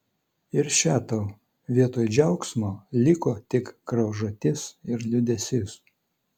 ir še tau vietoj džiaugsmo liko tik graužatis ir liūdesys